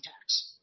tax